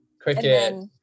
cricket